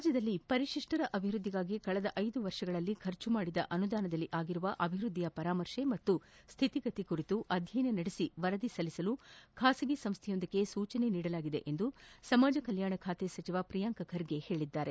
ರಾಜ್ಯದಲ್ಲಿ ಪರಿಶಿಷ್ವರ ಅಭಿವೃದ್ದಿಗಾಗಿ ಕಳೆದ ಐದು ವರ್ಷದಲ್ಲಿ ಖರ್ಚು ಮಾಡಿದ ಅನುದಾನದಲ್ಲಿ ಆಗಿರುವ ಅಭಿವೃದ್ದಿಯ ಪರಾಮರ್ಶೆ ಮತ್ತು ಸ್ಥಿತಿಗತಿ ಕುರಿತು ಅಧ್ಯಯನ ನಡೆಸಿ ವರದಿ ಸಲ್ಲಿಸಲು ಖಾಸಗಿ ಸಂಸ್ದೆಯೊಂದಕ್ಕೆ ಸೂಚನೆ ನೀಡಲಾಗಿದೆ ಎಂದು ಸಮಾಜಕಲ್ಯಾಣ ಖಾತೆ ಸಚಿವ ಪ್ರಿಯಾಂಕ್ ಖರ್ಗೆ ಹೇಳಿದ್ದಾರೆ